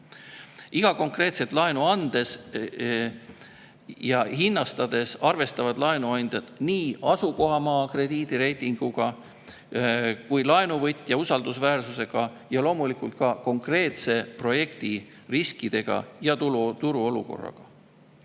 Iga konkreetset laenu andes ja hinnastades arvestavad laenuandjad nii asukohamaa krediidireitingut kui ka laenuvõtja usaldusväärsust, loomulikult ka konkreetse projekti riske ja turu olukorda.